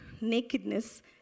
nakedness